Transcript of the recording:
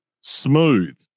Smooth